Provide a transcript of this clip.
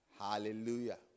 Hallelujah